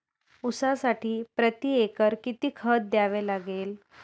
ऊसासाठी प्रतिएकर किती खत द्यावे लागेल?